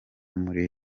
muri